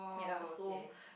ya so